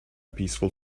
peaceful